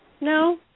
No